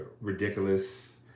ridiculous